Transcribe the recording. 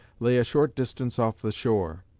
lay a short distance off the shore.